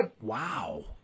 wow